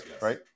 Right